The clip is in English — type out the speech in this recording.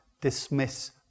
dismiss